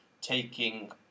Taking